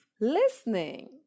listening